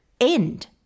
end